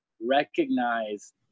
recognize